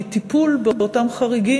הוא טיפול באותם חריגים,